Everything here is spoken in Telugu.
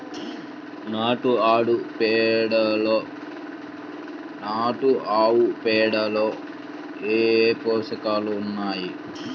నాటు ఆవుపేడలో ఏ ఏ పోషకాలు ఉన్నాయి?